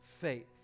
faith